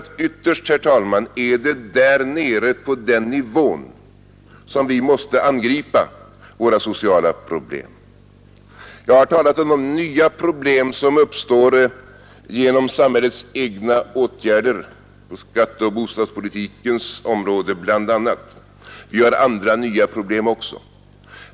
Ytterst, herr talman, är det där nere på den nivån som vi måste angripa våra sociala problem. Jag har talat om de nya problem som uppstår genom samhällets egna åtgärder, bl.a. på skatteoch bostadspolitikens områden. Vi har andra nya problem också.